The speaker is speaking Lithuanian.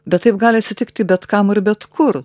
bet taip gali atsitikti bet kam ir bet kur